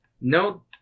No